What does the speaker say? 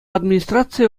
администрацийӗ